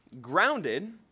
Grounded